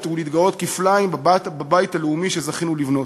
ולהתגאות כפליים בבית הלאומי שזכינו לבנות.